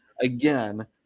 Again